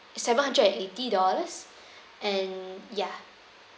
seven hundred and eighty dollars and ya